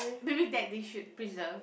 maybe that they should preserve